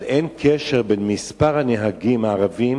אבל אין קשר בין מספר הנהגים הערבים,